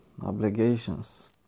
obligations